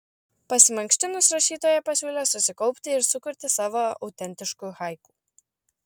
pasimankštinus rašytoja pasiūlė susikaupti ir sukurti savo autentiškų haiku